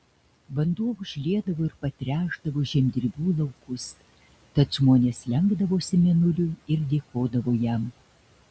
vanduo užliedavo ir patręšdavo žemdirbių laukus tad žmonės lenkdavosi mėnuliui ir dėkodavo jam